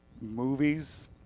movies